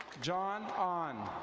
john ond.